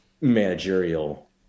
managerial